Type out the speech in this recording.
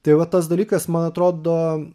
tai vat tas dalykas man atrodo